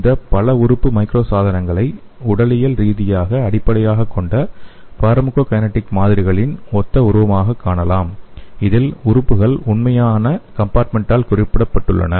இந்த பல உறுப்பு மைக்ரோ சாதனங்களை உடலியல் ரீதியாக அடிப்படையாகக் கொண்ட பார்மகோகைனெடிக் மாதிரிகளின் ஒத்த உருவமாகக் காணலாம் இதில் உறுப்புகள் உண்மையான கம்பார்ட்மென்டால் குறிப்பிடப்படுகின்றன